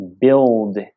build